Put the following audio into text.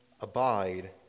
abide